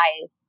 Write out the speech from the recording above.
life